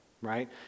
right